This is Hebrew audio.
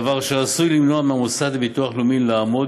דבר אשר עשוי למנוע מהמוסד לביטוח לאומי לעמוד